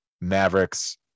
Mavericks